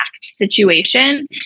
situation